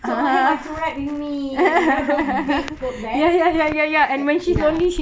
so my friends right with me know those big tote bags that ya